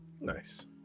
nice